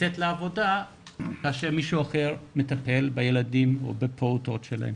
לצאת לעבודה כאשר מישהו אחר מטפל בילדים או בפעוטות שלהם.